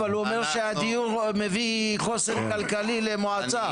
הוא אומר שהדיור מביא חוסן כלכלי למועצה.